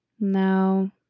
no